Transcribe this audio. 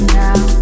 now